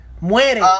Muere